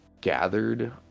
gathered